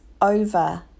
over